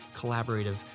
collaborative